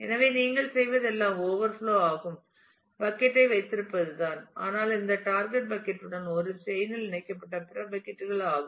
எனவே நீங்கள் செய்வது எல்லாம் ஓவர்ஃப்லோ ஆகும் பக்கட் ஐ வைத்திருப்பதுதான் ஆனால் இந்த டார்கேட் பக்கட் யுடன் ஒரு செயின்இல் இணைக்கப்பட்ட பிற பக்கட் கள் ஆகும்